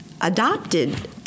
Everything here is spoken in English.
adopted